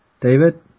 David